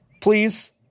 please